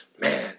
man